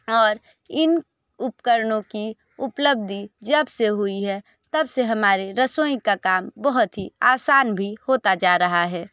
और इन उपकरणों की उपलब्धि जब से हुई है तबसे हमारे रसोई का काम बहुत ही आसान भी होता जा रहा है